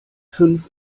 fünf